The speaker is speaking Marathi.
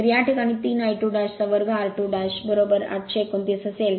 तर या प्रकरणात 3 I22r2 8 29 असेल